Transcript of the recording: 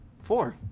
four